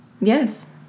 Yes